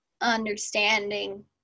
understanding